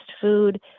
food